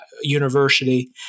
university